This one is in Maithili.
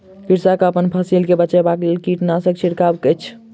कृषक अपन फसिल के बचाबक लेल कीटनाशक छिड़कैत अछि